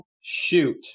shoot